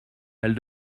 elle